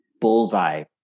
bullseye